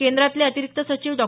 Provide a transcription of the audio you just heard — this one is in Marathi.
केंद्रातले अतिरिक्त सचिव डॉ